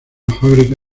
fábrica